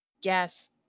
Yes